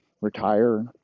Retire